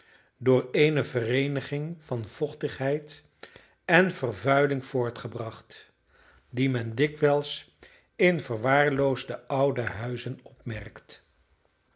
door eene vereeniging van vochtigheid en vervuiling voortgebracht dien men dikwijls in verwaarloosde oude huizen opmerkt